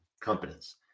companies